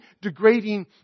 degrading